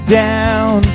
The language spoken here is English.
down